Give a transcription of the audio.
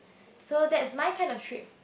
so that's my kind of trip